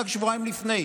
וזה רק שבועיים לפני.